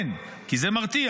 כן, כי זה מרתיע.